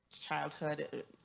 childhood